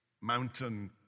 mountain